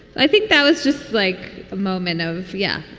i think that was just like a moment of yeah,